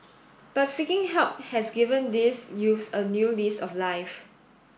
but seeking help has given these youths a new lease of life